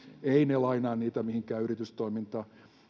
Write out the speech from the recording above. eivät ne lainaa niitä mihinkään yritystoimintaan